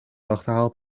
achterhaalt